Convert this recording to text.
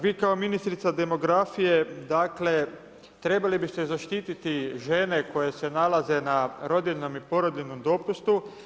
Vi kao ministrica demografije, dakle trebali biste zaštititi žene koje se nalaze na rodiljnom i porodiljnom dopustu.